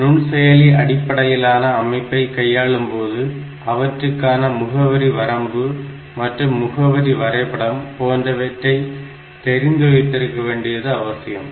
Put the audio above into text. நுண்செயலி அடிப்படையிலான அமைப்பை கையாளும்போது அவற்றுக்கான முகவரி வரம்பு மற்றும் முகவரி வரைபடம் போன்றவற்றை தெரிந்து வைத்திருக்க வேண்டியது அவசியம்